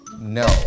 No